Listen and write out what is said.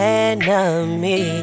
enemy